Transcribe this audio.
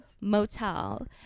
motel